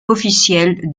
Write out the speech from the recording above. officiel